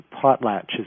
potlatches